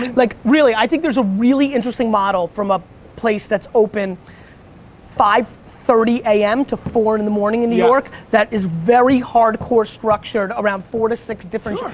like really i think there is a really interesting model from a place that's open five thirty am to four in the morning in new york that is very hard-core structured around four to six different. sure.